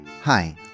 Hi